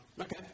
Okay